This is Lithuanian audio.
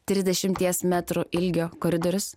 trisdešimties metrų ilgio koridorius